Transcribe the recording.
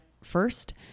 first